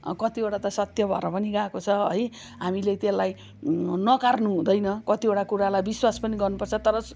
कतिवटा त सत्य भएर पनि गएको छ है हामीले त्यसलाई नकार्नु हुँदैन कतिवटा कुरालाई विश्वास पनि गर्नुपर्छ तर